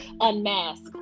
unmask